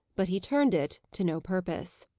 but he turned it to no purpose.